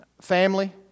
Family